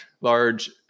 large